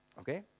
Okay